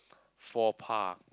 four par